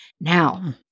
Now